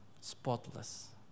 spotless